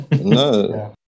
No